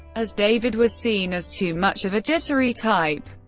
as david was seen as too much of a jittery type.